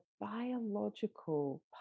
biological